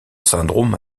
syndrome